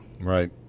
Right